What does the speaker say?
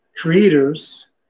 creators